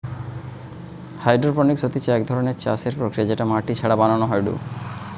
hydroponics হতিছে এক ধরণের চাষের প্রক্রিয়া যেটা মাটি ছাড়া বানানো হয়ঢু